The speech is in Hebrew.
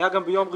ביום ראשון,